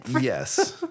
Yes